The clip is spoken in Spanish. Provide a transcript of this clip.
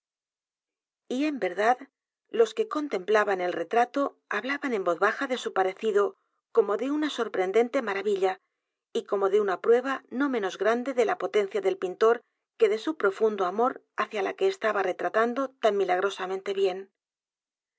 y en verdad los que contemplaban el retrato hablaban en voz baja de su parecido como de una sorprendente maravilla y como de una prueba no menos grande de la potencia del pintor que de su profundo amor hacia la que e s t a b a retratando tan milagrosamente bien